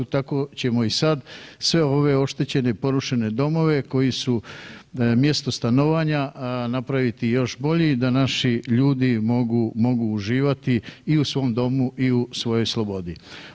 Tako ćemo i sad sve ove oštećene i porušene domove koji su mjesto stanovanja napraviti još boljim da naši ljudi mogu, mogu uživati i u svom domu i u svojoj slobodi.